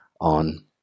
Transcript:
on